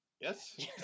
Yes